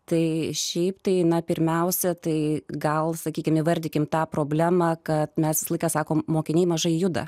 tai šiaip tai na pirmiausia tai gal sakykime įvardykime tą problemą kad mes visą laiką sakome mokiniai mažai juda